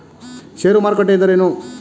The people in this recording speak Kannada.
ಷೇರು ಮಾರುಕಟ್ಟೆ ಎಂದರೇನು?